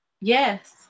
Yes